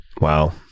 Wow